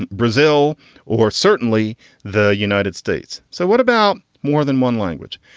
brazil or certainly the united states. so what about more than one language?